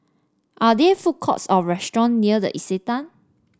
are there food courts or restaurant near the Istana